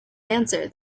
answer